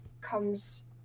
comes